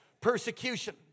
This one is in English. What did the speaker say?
Persecution